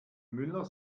müller